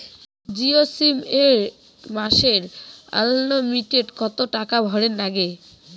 Jio sim এ মাসে unlimited কত টাকা ভরের নাগে?